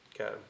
Okay